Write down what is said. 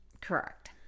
Correct